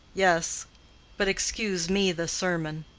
yes but excuse me the sermon.